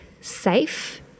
safe